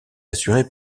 assurée